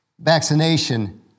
vaccination